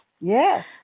Yes